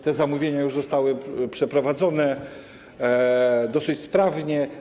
Te zamówienia już zostały przeprowadzone, zresztą dosyć sprawnie.